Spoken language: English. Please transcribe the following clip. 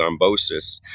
thrombosis